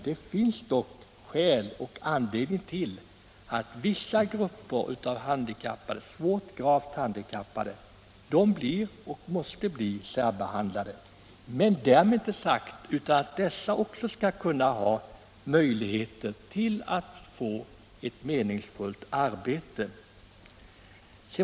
Det finns dock skäl till att vissa grupper av handikappade — gravt handikappade — blir och måste bli särbehandlade. Därmed inte sagt att inte dessa också skall kunna ha möjlighet att få ett meningsfullt arbete.